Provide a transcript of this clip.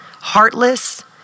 heartless